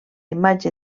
imatge